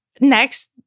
Next